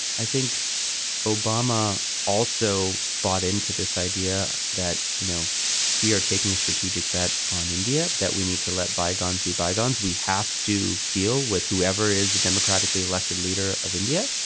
i think obama also bought into this idea that you know we are taking a strategic bet on india that we need to let bygones be bygones we have to deal with whoever is the democratically elected leader of india.